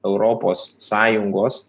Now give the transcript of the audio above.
europos sąjungos